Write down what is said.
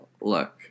look